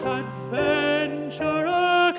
adventurer